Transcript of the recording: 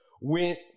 Went